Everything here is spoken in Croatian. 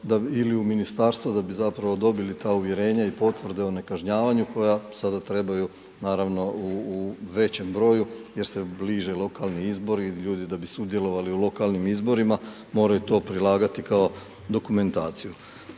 ili u ministarstvo da bi dobili ta uvjerenja ili potvrde o nekažnjavanju koja sada trebaju naravno u većem broju jer se bliže lokalni izbori, ljudi da bi sudjelovali u lokalnim izborima moraju to prilagati kao dokumentaciju.